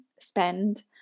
spend